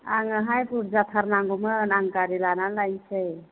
आंनोंहाय बुरजाथार नांगौमोन आं गारि लानानै लायनोसै